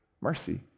mercy